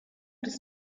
des